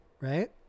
right